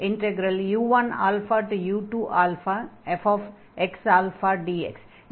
இந்த இன்டக்ரலின் variable x ஆகும்